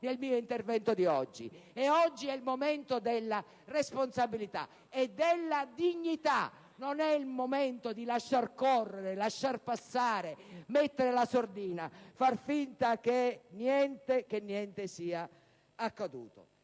nel mio intervento di oggi. Oggi è il momento della responsabilità e della dignità: non è il momento di lasciar correre, di lasciar passare, di mettere la sordina, di far finta che niente sia accaduto.